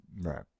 Right